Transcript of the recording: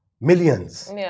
Millions